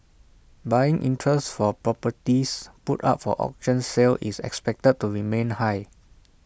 buying interest for properties put up for auction sale is expected to remain high